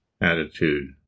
attitude